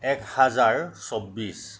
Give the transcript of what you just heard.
এক হাজাৰ চৌব্বিছ